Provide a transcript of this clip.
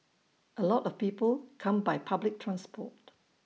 A lot of people come by public transport